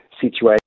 situation